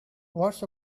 what